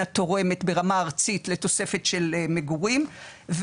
תורמת ברמה הארצית לתוספת של מגורים.